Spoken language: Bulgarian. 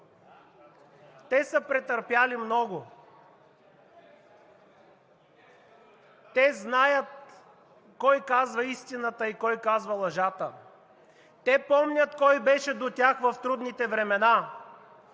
те са претърпели много, те знаят кой казва истината и кой казва лъжата! Те помнят кой беше до тях в трудните времена,